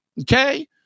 Okay